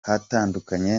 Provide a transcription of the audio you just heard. hatandukanye